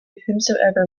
whomsoever